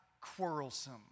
quarrelsome